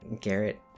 Garrett